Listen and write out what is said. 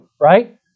right